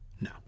no